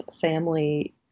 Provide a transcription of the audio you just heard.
family